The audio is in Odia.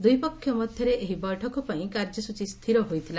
ଦୁଇ ପକ୍ଷ ମଧ୍ୟରେ ଏହି ବୈଠକ ପାଇଁ କାର୍ଯ୍ୟସୂଚୀ ସ୍ଥିର ହୋଇଥିଲା